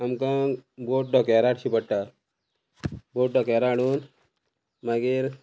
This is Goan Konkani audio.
आमकां बोट धोक्यार हाडची पडटा बोट धोक्यार हाडून मागीर